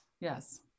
Yes